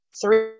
three